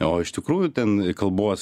o iš tikrųjų ten kalbos